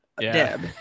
Deb